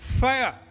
fire